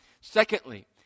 Secondly